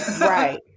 Right